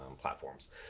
platforms